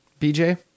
BJ